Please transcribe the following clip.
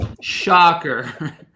Shocker